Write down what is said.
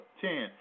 Ten